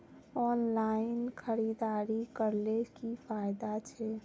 Online खरीदारी करले की की फायदा छे?